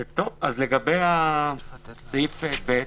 לגבי סעיף (ב),